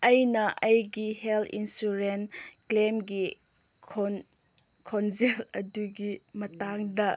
ꯑꯩꯅ ꯑꯩꯒꯤ health insurance ꯀ꯭ꯂꯦꯝꯒꯤ ꯈꯣꯡꯖꯦꯜ ꯑꯗꯨꯒꯤ ꯃꯇꯥꯡꯗ